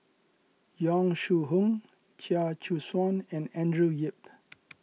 Yong Shu Hoong Chia Choo Suan and Andrew Yip